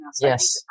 Yes